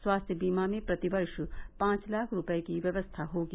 स्वास्थ्य बीमा में प्रतिवर्ष पांच लाख रूपये की व्यवस्था होगी